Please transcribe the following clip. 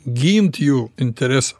gint jų interesą